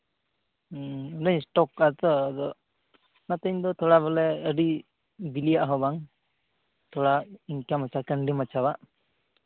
ᱦᱩᱸ ᱤᱧ ᱫᱩᱧ ᱮᱥᱴᱚᱠ ᱠᱟᱜᱼᱟ ᱛᱚ ᱟᱫᱚ ᱚᱱᱟᱛᱮ ᱤᱧ ᱫᱚ ᱛᱷᱚᱲᱟ ᱵᱚᱞᱮ ᱟᱹᱰᱤ ᱵᱤᱞᱤᱭᱟᱜ ᱦᱚᱸ ᱵᱟᱝ ᱛᱷᱚᱲᱟ ᱚᱱᱠᱟ ᱢᱟᱪᱷᱟ ᱠᱟᱺᱱᱰᱤ ᱢᱟᱪᱷᱟᱣᱟᱜ